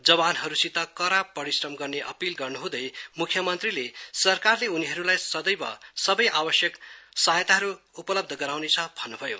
जवानहरूसित कड़ा परिश्रम गर्ने अपील गर्न्हुँदै मुख्यमन्त्रीले सरकारले उनीहरूलाई सबै आवश्यक सहायताहरू उपलब्ध गराउनेछ भन्नुभयो